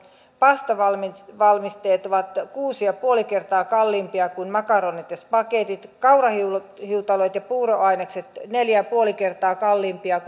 pastavalmisteet ovat kuusi pilkku viisi kertaa kalliimpia kuin makaronit ja spagetit kaurahiutaleet ja puuroainekset ovat neljä pilkku viisi kertaa kalliimpia